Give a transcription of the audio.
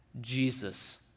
Jesus